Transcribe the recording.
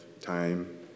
time